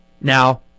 now